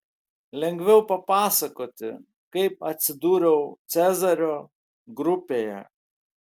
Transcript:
lengviau papasakoti kaip atsidūriau cezario grupėje